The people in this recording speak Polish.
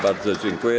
Bardzo dziękuję.